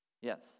Yes